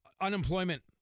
Unemployment